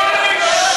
שמולי.